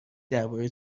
درباره